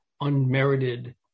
unmerited